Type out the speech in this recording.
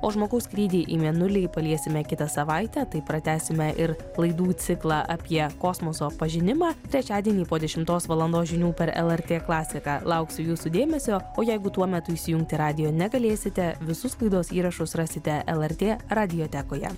o žmogaus skrydį į mėnulį paliesime kitą savaitę taip pratęsime ir laidų ciklą apie kosmoso pažinimą trečiadienį po dešimtos valandos žinių per lrt klasiką lauksiu jūsų dėmesio o jeigu tuo metu įsijungti radijo negalėsite visus laidos įrašus rasite lrt radiotekoje